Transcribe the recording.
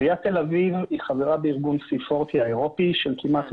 עיריית תל-אביב היא חברה בארגון Si-40 האירופי של כ-100